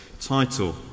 title